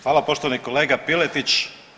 Hvala poštovani kolega Piletić.